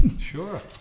sure